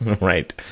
Right